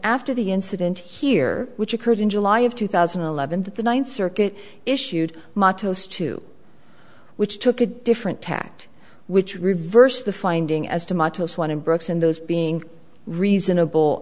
after the incident here which occurred in july of two thousand and eleven that the ninth circuit issued mottos to which took a different tact which reversed the finding as tomatoes one in brooks and those being reasonable